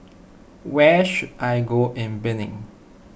where should I go in Benin